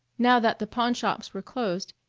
now that the pawnshops were closed,